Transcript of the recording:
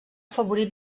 favorit